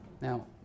Now